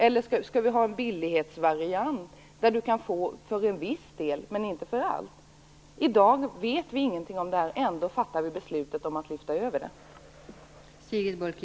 Eller skall vi ha en billighetsvariant innebärande att man kan få ersättning för en viss del, men inte för allt? I dag vet vi ingenting om dessa saker. Ändå fattar vi beslut om en överflyttning.